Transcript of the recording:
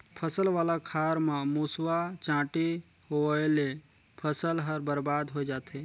फसल वाला खार म मूसवा, चांटी होवयले फसल हर बरबाद होए जाथे